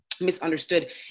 misunderstood